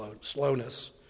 slowness